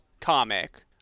comic